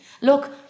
Look